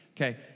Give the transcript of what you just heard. Okay